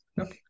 okay